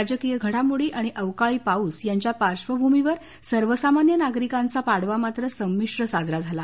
राजकीय घडामोडी आणि अवकाळी पाऊस यांच्या पार्शभूमीवर सर्वसामान्य नागरिकांचा पाडवा मात्र संमिश्र साजरा झाला